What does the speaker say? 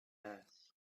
has